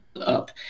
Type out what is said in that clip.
up